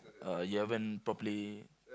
oh you haven't properly